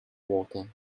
water